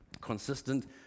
consistent